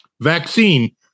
vaccine